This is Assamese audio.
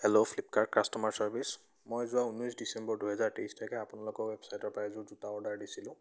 হেল্ল' ফ্লিপকাৰ্ট কাষ্ট'মাৰ ছাৰ্ভিচ মই যোৱা ঊনৈছ ডিচেম্বৰ দুহেজাৰ তেইছ তাৰিখে আপোনালোকৰ ৱেবছাইটৰ পৰা এযোৰ জোতা অৰ্ডাৰ দিছিলোঁ